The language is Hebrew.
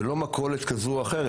ולא מכולת כזו או אחרת.